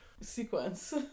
sequence